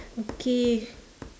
okay